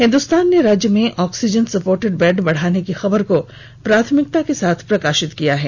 हिंदुस्तान ने राज्य में ऑक्सीजन सपोर्टेड बेड बढ़ाने की खबर को प्राथमिकता के साथ प्रकाशित किया है